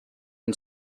and